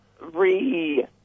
re